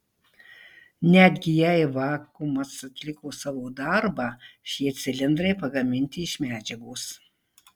netgi jei vakuumas atliko savo darbą šie cilindrai pagaminti iš medžiagos